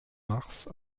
mars